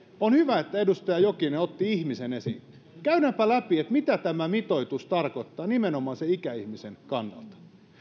on hyvä että edustaja jokinen otti ihmisen esiin käydäänpä läpi mitä tämä mitoitus tarkoittaa nimenomaan sen ikäihmisen kannalta